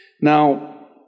Now